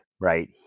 right